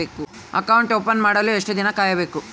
Account open ಮಾಡಲು ಎಷ್ಟು ದಿನ ಕಾಯಬೇಕು?